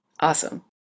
Awesome